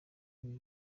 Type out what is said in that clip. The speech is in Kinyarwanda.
ibi